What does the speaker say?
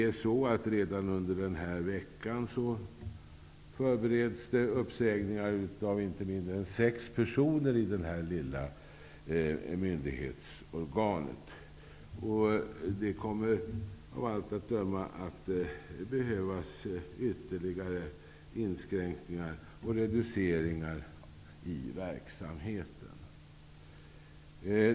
Redan under denna vecka förbereds det uppsägningar av inte mindre än sex personer i det här lilla myndighetsorganet, och det kommer av allt att döma att behövas ytterligare inskränkningar och reduceringar i verksamheten.